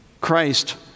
Christ